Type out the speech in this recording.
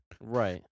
Right